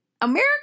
America